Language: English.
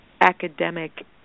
academic